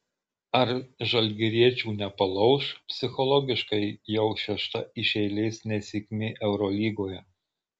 ar žalgiriečių nepalauš psichologiškai jau šešta iš eilės nesėkmė eurolygoje